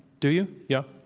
do you? yeah.